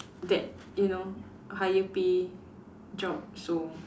that you know a higher pay job so